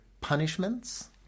punishments